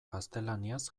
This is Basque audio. gaztelaniaz